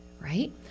Right